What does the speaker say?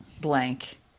blank